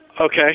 Okay